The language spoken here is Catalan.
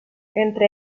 entre